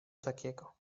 takiego